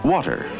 Water